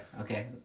okay